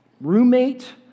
roommate